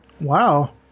Wow